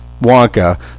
Wonka